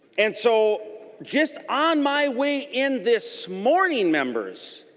and so just on my way in this morning members